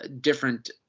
different